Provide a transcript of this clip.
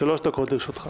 שלוש דקות לרשותך.